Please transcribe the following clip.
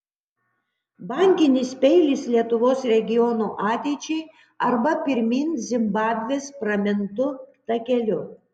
bankinis peilis lietuvos regionų ateičiai arba pirmyn zimbabvės pramintu takeliu